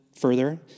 further